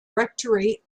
rectory